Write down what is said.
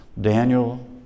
Daniel